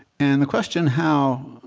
and the question how?